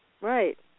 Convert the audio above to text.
Right